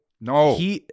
No